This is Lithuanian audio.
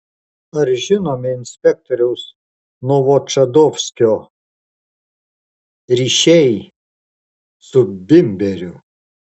ar žinomi inspektoriaus novočadovskio ryšiai su bimberiu